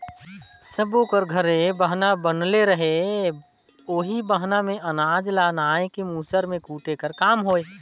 सब कर घरे बहना बनले रहें ओही बहना मे अनाज ल नाए के मूसर मे कूटे कर काम होए